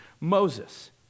Moses